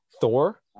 Thor